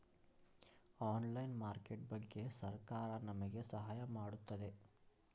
Online market ಬಗ್ಗೆ ಸರಕಾರ ನಮಗೆ ಸಹಾಯ ಮಾಡುತ್ತದೆ?